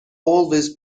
always